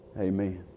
amen